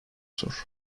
zor